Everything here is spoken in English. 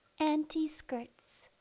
auntie's skirts